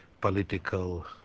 political